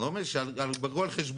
אני לא אומר שידברו על חשבון.